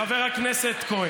חבר הכנסת לפיד,